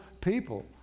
people